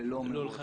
ולא מראש.